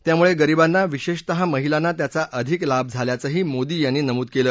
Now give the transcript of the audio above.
त्या मुळे गरिबांना विशेषतः महिलांना त्याचा अधिक लाभ झाल्याचंही मोदी यांनी नमूद केलं